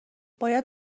باید